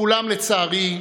ואולם, לצערי,